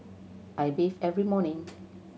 I bathe every morning